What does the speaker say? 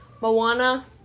Moana